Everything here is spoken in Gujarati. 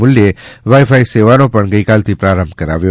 મુલ્યે વાઇફાઈ સેવાનો પણ ગઇકાલથી પ્રારંભ કરાવ્યો